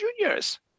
juniors